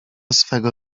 swego